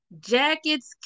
jackets